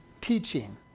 teaching